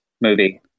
movie